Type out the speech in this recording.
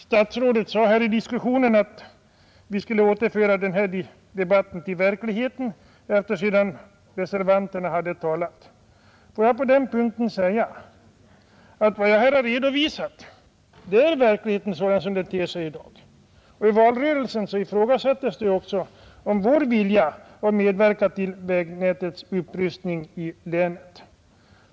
Statsrådet sade att vi skulle återföra den här debatten till verkligheten. Får jag till detta säga att vad jag här har redovisat är verkligheten sådan som den ter sig i dag. I valrörelsen ifrågasattes vår vilja att medverka till vägnätets upprustning i länet.